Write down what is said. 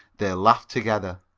they laughed together.